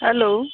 hello